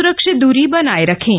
सुरक्षित दूरी बनाए रखें